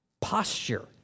posture